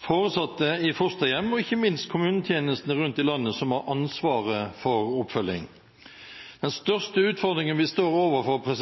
foresatte i fosterhjem og ikke minst kommunetjenestene rundt i landet som har ansvaret for oppfølging. Den største utfordringen vi står overfor,